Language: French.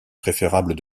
préférable